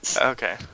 Okay